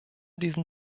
diesen